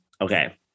Okay